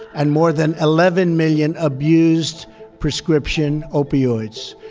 and more than eleven million abused prescription opioids.